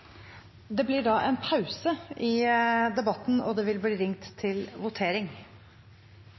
Det blir da en pause i debatten i sak nr. 8 for å gå til votering